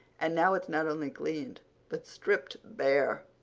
and now it's not only cleaned but stripped bare.